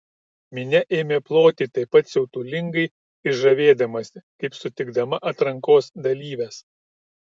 minia ėmė ploti taip pat siautulingai ir žavėdamasi kaip sutikdama atrankos dalyves